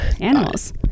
animals